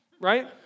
right